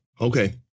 Okay